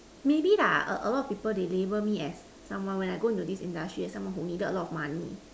maybe lah a lot of people they labelled me as someone when I go into this industry as someone who needed a lot of money